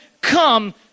come